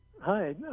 Hi